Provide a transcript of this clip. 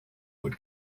would